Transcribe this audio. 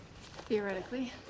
Theoretically